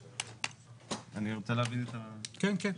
כן.